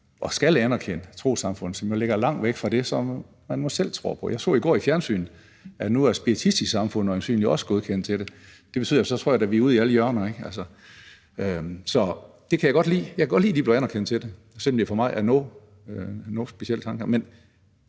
og skal anerkende trossamfund, som ligger langt væk fra det, som man nu selv tror på. Jeg så i går i fjernsynet, at nu var Spiritistisk Samfund øjensynlig også godkendt til det. Så tror jeg da, vi er ude i alle hjørner. Så det kan jeg godt lide. Jeg kan godt lide, at de bliver godkendt til det, selv om det for mig er en noget speciel tankegang.